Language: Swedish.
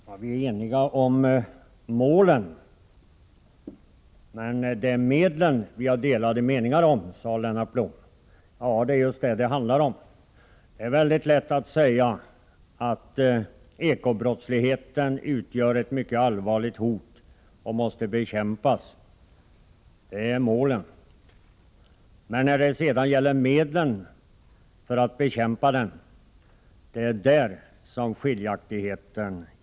Herr talman! Vi är eniga om målen men det är medlen vi har delade meningar om, sade Lennart Blom. Ja, det är just det det handlar om. Det är lätt att säga att eko-brottsligheten utgör ett mycket allvarligt hot och måste bekämpas. Det är målen. Men när det sedan gäller medlen för att bekämpa den inträder skiljaktigheterna.